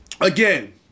again